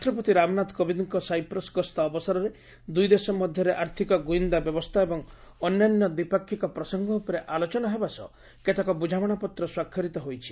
ରାଷ୍ଟ୍ରପତି ରାମନାଥ କୋବିନ୍ଦଙ୍କ ସାଇପ୍ରସ୍ ଗସ୍ତ ଅବସରରେ ଦୁଇଦେଶ ମଧ୍ୟରେ ଆର୍ଥିକ ଗୁଇନ୍ଦା ବ୍ୟବସ୍ଥା ଏବଂ ଅନ୍ୟାନ୍ୟ ଦ୍ୱିପାକ୍ଷିକ ପ୍ରସଙ୍ଗ ଉପରେ ଆଲୋଚନା ହେବା ସହ କେତେକ ବୁଝାମଣାପତ୍ର ସ୍ୱାକ୍ଷରିତ ହୋଇଛି